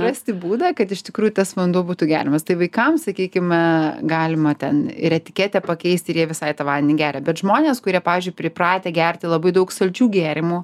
rasti būdą kad iš tikrųjų tas vanduo būtų geriamas tai vaikams sakykime galima ten ir etiketę pakeist ir jie visai tą vandenį geria bet žmonės kurie pavyzdžiui pripratę gerti labai daug saldžių gėrimų